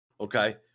okay